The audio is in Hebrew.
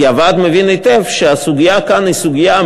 כי הוועד מבין היטב שהסוגיה כאן היא מה